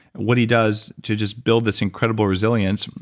what he does to just build this incredible resilience.